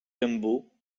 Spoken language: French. raimbault